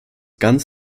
ganz